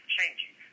changing